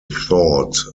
thought